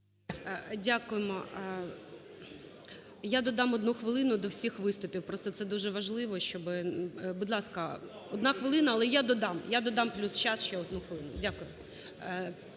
Дякуємо. Я додам одну хвилину до всіх виступів, просто це дуже важливо, щоб… Будь ласка, одна хвилина, але я додам, я додам плюс ще час, одну хвилину. Дякую.